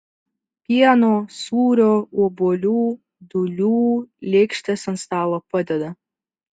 pieno sūrio obuolių dūlių lėkštes ant stalo padeda